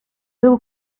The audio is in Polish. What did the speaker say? był